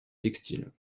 textile